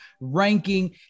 ranking